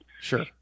Sure